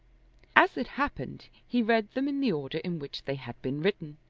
as it happened he read them in the order in which they had been written,